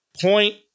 Point